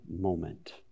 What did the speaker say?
moment